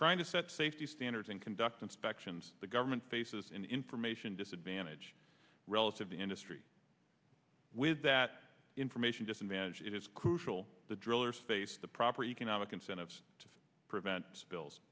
trying to set safety standards and conduct inspections the government faces in information disadvantage relative the industry with that information disadvantage it is crucial the drillers face the proper economic incentives to prevent spills